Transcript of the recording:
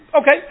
Okay